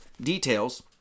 details